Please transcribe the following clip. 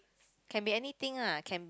can be anything lah can